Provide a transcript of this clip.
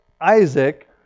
Isaac